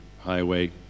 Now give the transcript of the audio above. highway